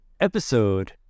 Episode